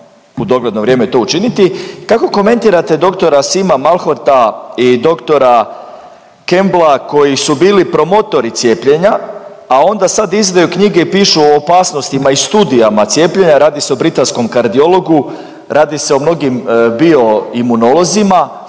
u dogledno vrijeme to učiniti? Kako komentirate doktora Sima Malhorta i doktora Cembla koji su bili promotori cijepljenja, a onda sad izdaju knjige i pišu o opasnostima i studijama cijepljenja. Radi se o britanskom kardiologu, radi se o mnogim bio imunolozima.